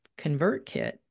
ConvertKit